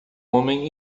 homem